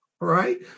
right